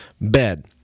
bed